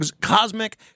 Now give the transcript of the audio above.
cosmic